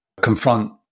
confront